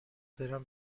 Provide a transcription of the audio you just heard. برم